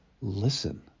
listen